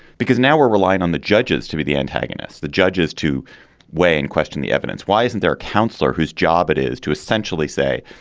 because now we're relying on the judges to be the antagonists, the judges to weigh in, question the evidence. why isn't there a counselor whose job it is to essentially say,